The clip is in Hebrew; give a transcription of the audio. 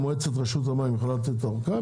מועצת רשות המים יכולה לתת אורכה,